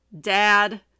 dad